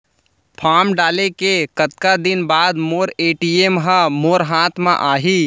Form डाले के कतका दिन बाद मोर ए.टी.एम ह मोर हाथ म आही?